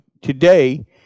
today